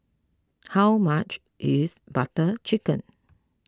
how much is Butter Chicken